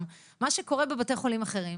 מה שקורה בבתי חולים אחרים,